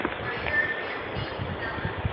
ryder anthony pavela